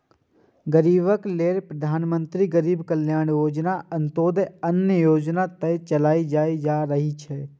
गरीबक लेल प्रधानमंत्री गरीब कल्याण योजना, अंत्योदय अन्न योजना आदि चलाएल जा रहल छै